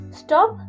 stop